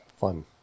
Fun